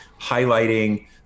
highlighting